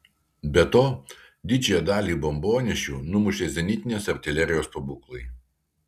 be to didžiąją dalį bombonešių numušė zenitinės artilerijos pabūklai